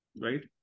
right